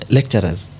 Lecturers